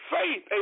faith